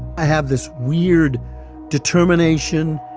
i have this weird determination,